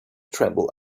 tremble